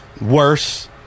Worse